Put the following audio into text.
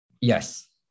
Yes